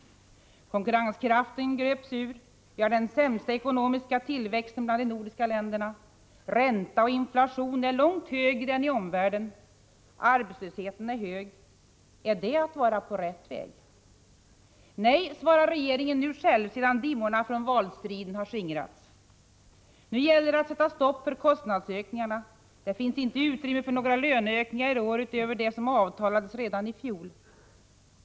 Konkurrenskraften gröps ur. Vi har den sämsta ekonomiska tillväxten bland de nordiska länderna. Ränta och inflation är långt högre än i omvärlden. Arbetslösheten är hög. Är det att vara på rätt väg? Nej, svarar regeringen nu själv sedan dimmorna från valstriden skingrats. Nu gäller att sätta stopp för kostnadsökningarna. Det finns inte utrymme för några löneökningar i år utöver dem som avtalades redan i fjol.